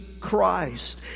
Christ